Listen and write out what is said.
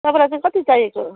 तपाईँलाई चाहिँ कति चाहिएको